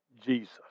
Jesus